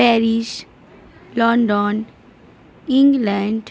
Paris London England